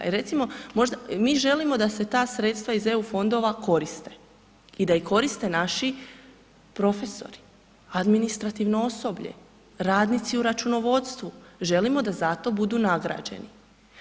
Mi želimo da se ta sredstva iz eu fondova koriste i da ih koriste naši profesori, administrativno osoblje, radnici u računovodstvu, želimo da za to budu nagrađeni.